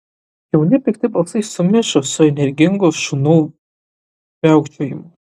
jauni pikti balsai sumišo su energingu šunų viaukčiojimu